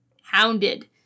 Hounded